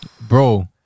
bro